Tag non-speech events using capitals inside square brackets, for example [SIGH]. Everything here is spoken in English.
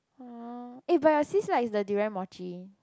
[NOISE] aye but your sis like the durian mochi